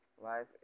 Life